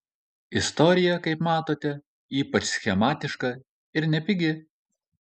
istorija kaip matote ypač schematiška ir nepigi